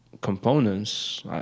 components